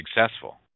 successful